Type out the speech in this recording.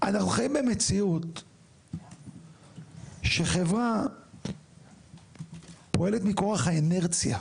אנחנו חיים במציאות שחברה פועלת מכוח האינרציה.